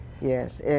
yes